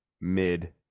mid